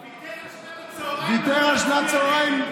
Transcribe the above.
ויתר על שנת הצוהריים, ויתר על שנת הצוהריים,